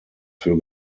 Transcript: für